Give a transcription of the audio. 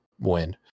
win